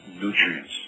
nutrients